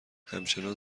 همچنان